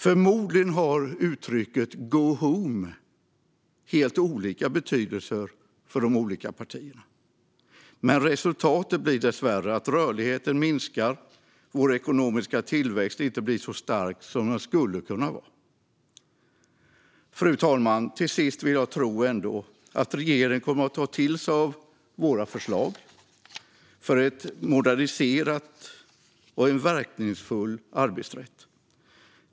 Förmodligen har uttrycket go home helt olika betydelser för de olika partierna, men resultatet blir dessvärre att rörligheten minskar och att vår ekonomiska tillväxt inte blir så stark som den skulle kunna bli. Fru talman! Till sist vill jag ändå tro att regeringen kommer att ta till sig av våra förslag för en moderniserad och verkningsfull arbetsrätt.